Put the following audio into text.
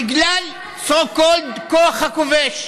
בגלל so called הכוח הכובש.